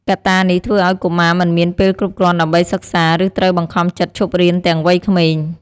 កត្តានេះធ្វើឲ្យកុមារមិនមានពេលគ្រប់គ្រាន់ដើម្បីសិក្សា ឬត្រូវបង្ខំចិត្តឈប់រៀនទាំងវ័យក្មេង។